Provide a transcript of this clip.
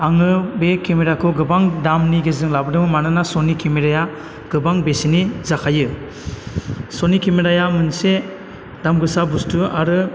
आङो बे केमेराखौ गोबां दामनि गेजेरजों लाबोदों मानोना सनि केमेराया गोबां बेसेननि जाखायो सनि केमेराया मोनसे दाम गोसा बुस्थु आरो